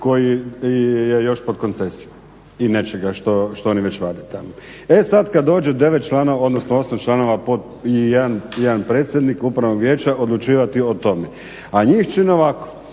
koji je još pod koncesijom i nečega što oni već vade tamo. E sad kad dođe 9 članova, odnosno 8 članova i 1 predsjednik Upravnog vijeća odlučivati o tome, a njih čine ovako